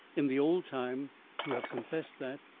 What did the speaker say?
in the old time to have confessed that!